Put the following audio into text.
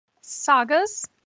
Sagas